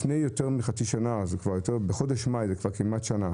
בחודש מאי, לפני כמעט שנה,